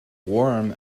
worm